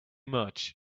much